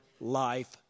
life